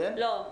כן?